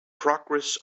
progress